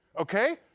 okay